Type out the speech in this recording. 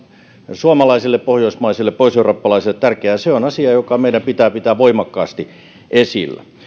suomalaisille pohjoismaisille ja pohjoiseurooppalaisille tärkeää se on asia joka meidän pitää pitää voimakkaasti esillä